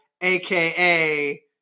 aka